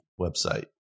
website